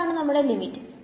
ഇതാണ് നമ്മുടെ ലിമിറ്റ്